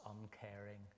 uncaring